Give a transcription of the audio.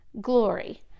glory